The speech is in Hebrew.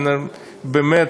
באמת,